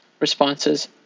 responses